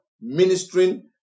ministering